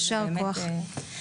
ישר כוח.